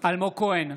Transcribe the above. אלמוג כהן,